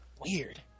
Weird